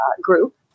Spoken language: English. group